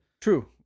True